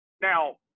now